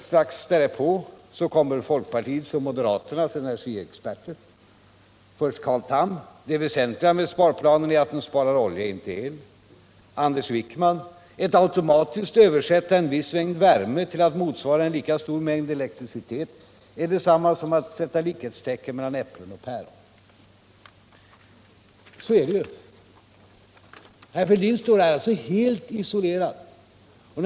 Strax därpå kommer folkpartiets och moderaternas energiexperter. Först Carl Tham: Det väsentliga med sparplanen är att den sparar olja och inte el. Och Anders Wijkman: Att automatiskt översätta en viss mängd värme till att motsvara en lika stor mängd elektricitet är detsamma som att sätta likhetstecken mellan äpplen och päron. Så är det ju. Herr Fälldin står alltså helt isolerad.